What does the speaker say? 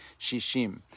shishim